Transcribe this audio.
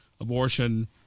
abortion